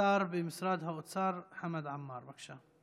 השר במשרד האוצר חמד עמאר, בבקשה.